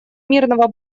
мирного